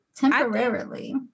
temporarily